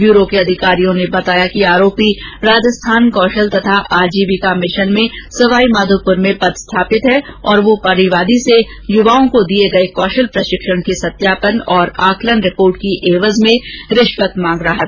bureau के अधिकारियों ने बताया कि आरोपी राजस्थान कौषल तथा आजीविका मिषन में सवाई माधोपुर में पदस्थापित है और वह परिवादी से युवाओं को दिए गए कौषल प्रषिक्षण के सत्यापन तथा आंकलन रिपोर्ट की एवज में रिष्वत मांग रहा था